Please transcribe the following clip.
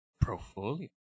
Portfolio